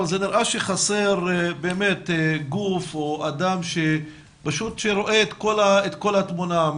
אבל זה נראה שחסר באמת גוף או אדם פשוט שרואה את כל התמונה,